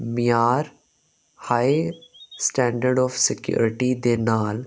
ਮਿਆਰ ਹਾਏ standard of security ਦੇ ਨਾਲ